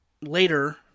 Later